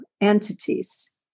entities